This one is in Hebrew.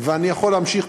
ואני יכול להמשיך.